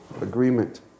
agreement